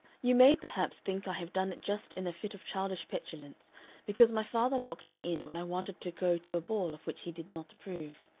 you may, perhaps, think i have done it just in a fit of childish petulance because my father locked me in when i wanted to go to a ball of which he did not approve.